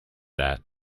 that